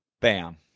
Bam